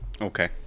Okay